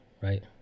right